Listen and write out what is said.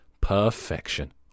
Perfection